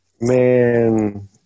Man